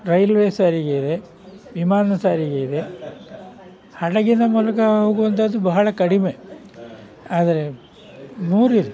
railway ಸಾರಿಗೆ ಇದೆ ವಿಮಾನ ಸಾರಿಗೆ ಇದೆ ಹಡಗಿನ ಮೂಲಕ ಹೋಗುವಂಥದ್ದು ಬಹಳ ಕಡಿಮೆ ಆದರೆ ಮೂರು ಇದೆ